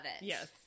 Yes